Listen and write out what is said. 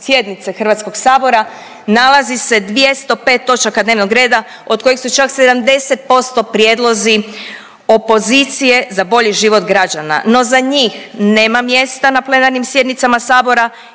sjednice HS nalazi se 205 točaka dnevnog reda, od kojih su čak 70% prijedlozi opozicije za bolji život građana, no za njih nema mjesta na plenarnim sjednicama sabora